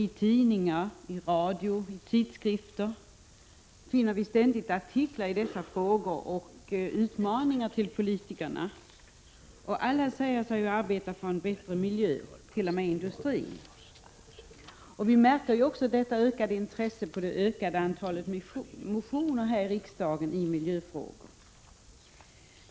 I tidningar, radio och tidskrifter finner vi ständigt artiklar i dessa frågor och utmaningar till politikerna. Alla säger sig arbeta för en bättre miljö, t.o.m. industrin. Vi märker också detta ökade intresse på det ökade antalet motioner här i riksdagen i miljöfrågor.